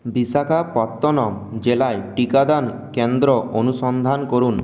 বিশাখাপত্তনম জেলায় টিকাদান কেন্দ্র অনুসন্ধান করুন